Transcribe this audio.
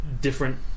different